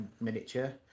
miniature